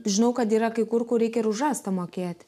žinau kad yra kai kur kur reikia ir už rastą mokėt